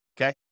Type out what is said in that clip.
okay